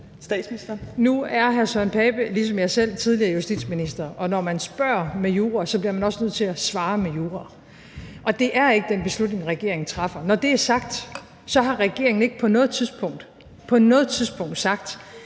Nu er hr. Søren Pape Poulsen ligesom jeg selv tidligere justitsminister, og når der spørges med jura, bliver man også nødt til at svare med jura. Og det er ikke den beslutning, regeringen træffer. Når det er sagt, så har regeringen ikke på noget tidspunkt,